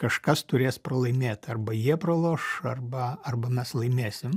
kažkas turės pralaimėt arba jie praloš arba arba mes laimėsim